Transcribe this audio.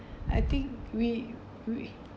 I think we we